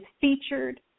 featured